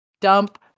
Dump